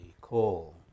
call